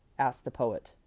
asked the poet.